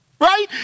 right